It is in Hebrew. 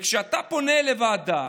וכשאתה פונה לוועדה,